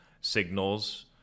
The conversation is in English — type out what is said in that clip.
signals